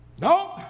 Nope